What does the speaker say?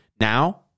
now